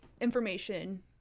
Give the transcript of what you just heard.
information